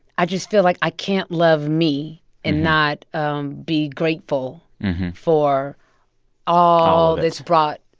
i just feel like i can't love me and not um be grateful for all that's brought.